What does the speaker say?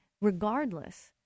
regardless